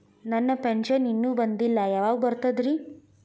ನನ್ನ ಪೆನ್ಶನ್ ಇನ್ನೂ ಬಂದಿಲ್ಲ ಯಾವಾಗ ಬರ್ತದ್ರಿ?